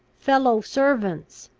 fellow-servants!